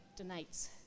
donates